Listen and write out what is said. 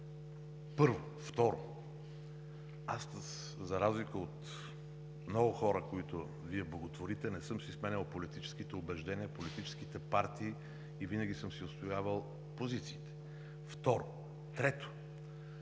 Първо. Второ, аз за разлика от много хора, които Вие боготворите, не съм си сменял политическите убеждения, политическите партии и винаги съм си отстоявал позициите. Трето,